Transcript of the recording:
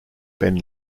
ben